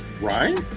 Right